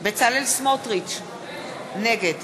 בצלאל סמוטריץ, נגד